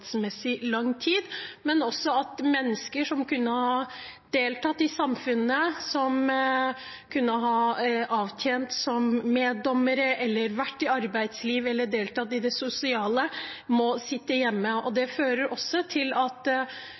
lang tid, men også at mennesker som kunne ha deltatt i samfunnet – som kunne ha vært meddommere, vært i arbeidslivet eller deltatt i det sosiale – må sitte hjemme. Det fører også til at